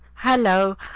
hello